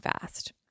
fast